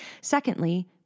Secondly